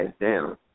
down